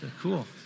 cool